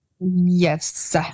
Yes